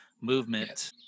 movement